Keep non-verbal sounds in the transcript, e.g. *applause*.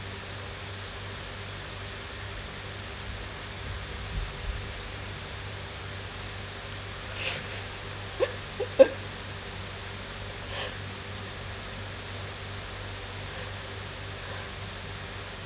*laughs* *breath*